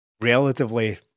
relatively